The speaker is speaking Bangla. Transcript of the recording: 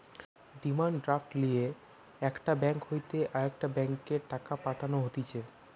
ডিমান্ড ড্রাফট লিয়ে একটা ব্যাঙ্ক হইতে আরেকটা ব্যাংকে টাকা পাঠানো হতিছে